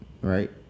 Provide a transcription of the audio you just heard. right